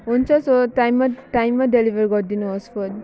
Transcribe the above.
हुन्छ सो टाइममा टाइममा डेलिभर गरिदिनुहोस् फुड